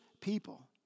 people